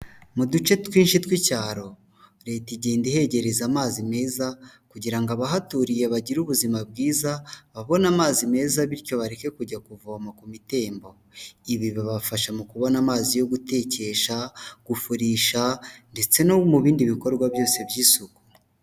Mu duce twinshi tw'icyaro leta igenda ihegereza amazi meza kugira ngo abahaturiye bagire ubuzima bwiza babone amazi meza bityo bareke kujya kuvoma ku mitembo, ibi bifasha mu kubona amazi yo gutekesha, gufurisha ndetse no mu bindi bikorwa byose by'isuku.